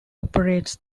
operates